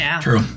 true